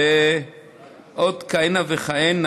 ועוד כהנה וכהנה.